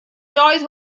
doedd